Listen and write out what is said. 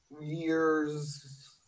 years